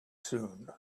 soon